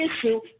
issue